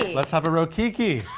let's have a rokicki.